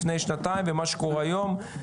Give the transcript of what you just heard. לפני שנתיים ומה שקורה היום,